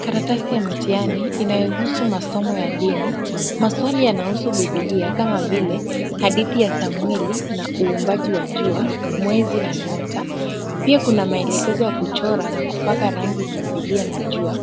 Karatasi ya mtihani inayohusu masomo ya dini, maswali yanahusu Biblia kama vile hadithi ya Samweli na uumbaji wa jua, mwezi na nyota. Pia kuna maelekezo ya kuchora na kupaka rangi Biblia na jua.